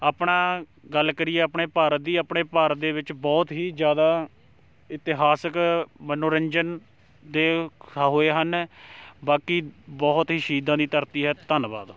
ਆਪਣਾ ਗੱਲ ਕਰੀਏ ਆਪਣੇ ਭਾਰਤ ਦੀ ਆਪਣੇ ਭਾਰਤ ਦੇ ਵਿੱਚ ਬਹੁਤ ਹੀ ਜ਼ਿਆਦਾ ਇਤਿਹਾਸਿਕ ਮਨੋਰੰਜਨ ਦੇ ਹ ਹੋਏ ਹਨ ਬਾਕੀ ਬਹੁਤ ਹੀ ਸ਼ਹੀਦਾਂ ਦੀ ਧਰਤੀ ਹੈ ਧੰਨਵਾਦ